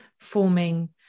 forming